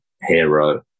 hero